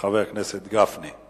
לחבר הכנסת גפני.